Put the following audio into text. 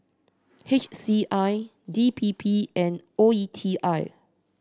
H C I D P P and O E T I